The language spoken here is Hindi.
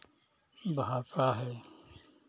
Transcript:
भाषा है